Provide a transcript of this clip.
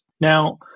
Now